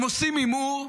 הם עושים הימור,